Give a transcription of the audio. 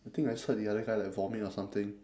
I think I saw the other guy like vomit or something